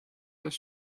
there